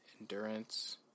endurance